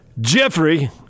Jeffrey